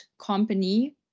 company